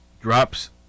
drops